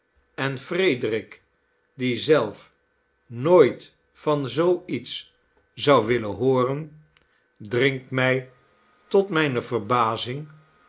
en frederik die zelf nooit van zoo iets zou willen nelly hooren dringt mij tot mijne verbazing